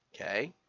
Okay